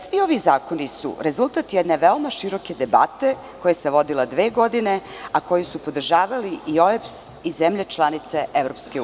Svi ovi zakoni su rezultat jedne veoma široke debate, koja se vodila dve godine, a koju su podržavali i OEBS i zemlje članice EU.